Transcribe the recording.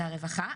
והרווחה,